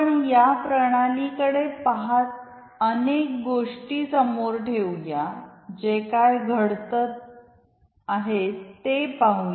आपण या प्रणालीकडे पहात अनेक गोष्टी समोर ठेवूया जे काही घडत आहे ते पाहू